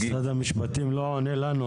--- משרד המשפטים לא עונה לנו.